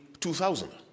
2000